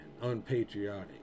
unpatriotic